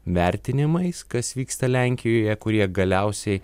vertinimais kas vyksta lenkijoje kurie galiausiai